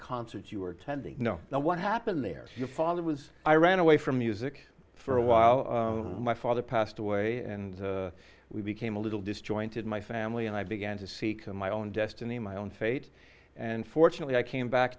concerts you were tending you know what happened there your father was i ran away from music for a while my father passed away and we became a little disjointed my family and i began to seek my own destiny my own fate and fortunately i came back